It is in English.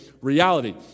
reality